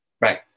Right